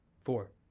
Four